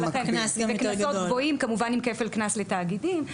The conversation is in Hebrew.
וקנסות גבוהים כמובן עם כפל קנס לתאגידים.